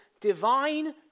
divine